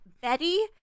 Betty